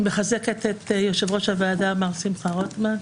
מחזקת את יושב-ראש הוועדה מר שמחה רוטמן,